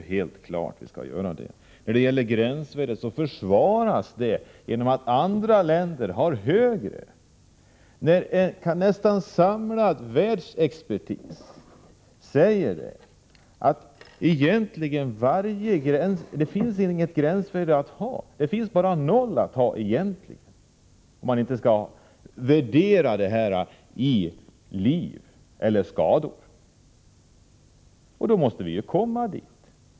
Arbetsmark nadsministern försvarar gränsvärdena genom att säga att andra länder har högre gränsvärden, samtidigt som en nästan samlad världsexpertis säger att det inte finns något försvarbart gränsvärde — egentligen skall värdet vara noll, om man inte skall värdera asbesten i liv eller skador. Därför måste vi arbeta i den riktningen.